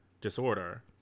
disorder